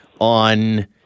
on